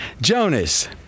Jonas